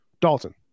Dalton